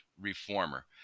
reformer